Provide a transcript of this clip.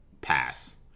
pass